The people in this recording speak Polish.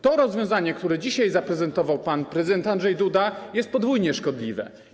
To rozwiązanie, które dzisiaj zaprezentował pan prezydent Andrzej Duda, jest podwójnie szkodliwe.